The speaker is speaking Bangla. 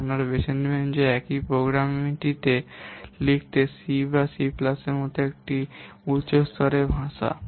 যা আপনি বেছে নেবেন একই প্রোগ্রামটি লিখতে সি বা সি প্লাসের মতো একটি উচ্চ স্তরের ভাষা